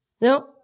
No